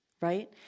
right